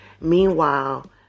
Meanwhile